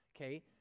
okay